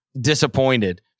disappointed